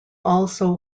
also